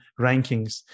rankings